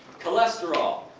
cholesterol.